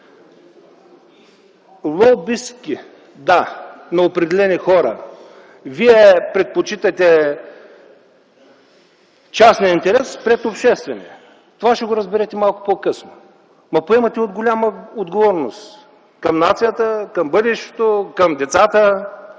лобистки, на определени хора. Вие предпочитате частния интерес пред обществения. Това ще го разберете малко по-късно. Но поемате голяма отговорност към нацията, към бъдещето, към децата,